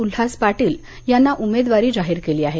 उल्हास पाटील यांना उमेदवारी जाहीर केली आहे